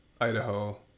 Idaho